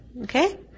Okay